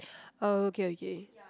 okay okay